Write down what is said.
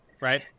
right